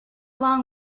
long